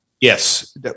Yes